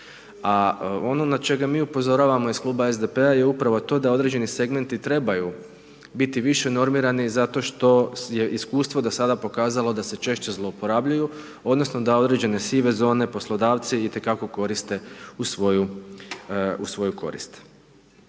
a ono na čega mi upozoravamo je iz kluba SDP-a je upravo to da određeni segmenti trebaju biti više normirani zato što je iskustvo do sada pokazalo da se češće zlouporabljuju, odnosno da određene sive zone poslodavci i te kako koriste u svoju korist.